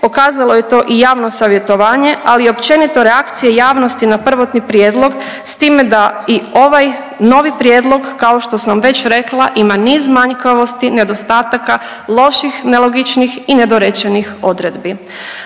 Pokazalo je to i javno savjetovanje, ali i općenito reakcije javnosti na prvotni prijedlog s time da i ovaj novi prijedlog kao što sam već rekla ima niz manjkavosti, nedostataka, loših, nelogičnih i nedorečenih odredbi.